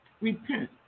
Repent